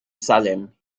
salem